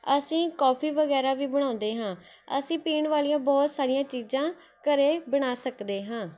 ਅਸੀਂ ਕੋਫੀ ਵਗੈਰਾ ਵੀ ਬਣਾਉਂਦੇ ਹਾਂ ਅਸੀਂ ਪੀਣ ਵਾਲ਼ੀਆਂ ਬਹੁਤ ਸਾਰੀਆਂ ਚੀਜ਼ਾਂ ਘਰੇ ਬਣਾ ਸਕਦੇ ਹਾਂ